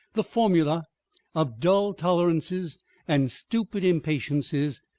the formulae of dull tolerances and stupid impatiences,